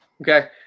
Okay